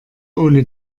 ohne